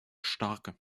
starke